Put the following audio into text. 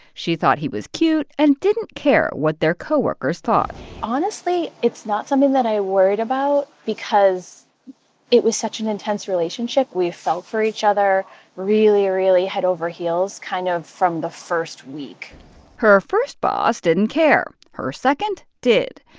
she thought he was cute and didn't care what their co-workers thought honestly, it's not something that i worried about because it was such an intense relationship. relationship. we fell for each other really, really head over heels kind of from the first week her first boss didn't care. her second did.